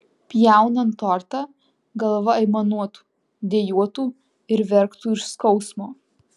pjaunant tortą galva aimanuotų dejuotų ir verktų iš skausmo